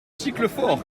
giclefort